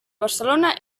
barcelona